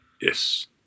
Yes